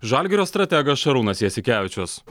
žalgirio strategas šarūnas jasikevičius